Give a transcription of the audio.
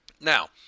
Now